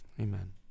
Amen